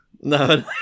No